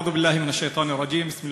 (אומר דברים בשפה הערבית,